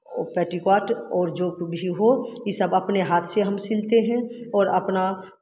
और पेटीकोट और जो भी हो ये सब अपने हाथ से हम सिलते हैं और अपना